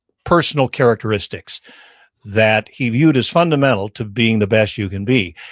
personal characteristics that he viewed as fundamental to being the best you can be.